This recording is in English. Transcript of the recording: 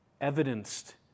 evidenced